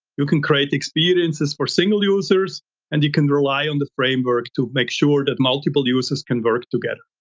you can create experiences for single users and you can rely on the framework to make sure that multiple users can work together.